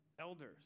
elders